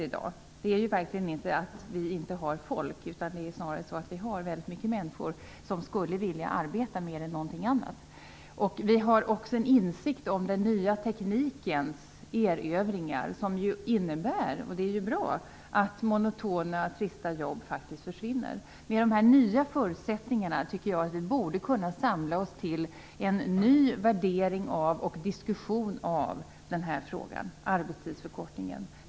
I dag har vi ju inte brist på arbetskraft, utan det är snarare så att väldigt många människor mer än någonting annat skulle vilja arbeta. Vi har nu också en insikt om den nya teknikens erövringar, något som innebär att - och det är ju bra - monotona och trista jobb faktiskt försvinner. Med dessa nya förutsättningar tycker jag att vi borde kunna samla oss till en ny värdering av och diskussion om en daglig arbetstidsförkortning.